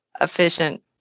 efficient